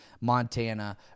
montana